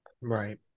Right